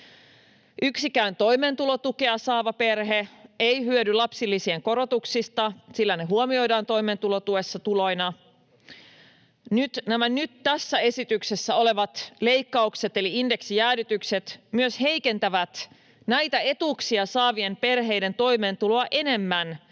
Yksikään toimeentulotukea saava perhe ei hyödy lapsilisien korotuksista, sillä ne huomioidaan toimeentulotuessa tuloina. Nämä nyt tässä esityksessä olevat leikkaukset eli indeksijäädytykset myös heikentävät näitä etuuksia saavien perheiden toimeentuloa enemmän